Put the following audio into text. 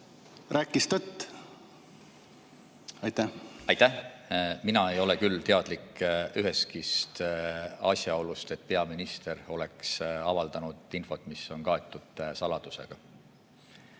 rääkis tõtt? Mina ei ole küll teadlik ühestki asjaolust, et peaminister oleks avaldanud infot, mis on kaetud saladusega.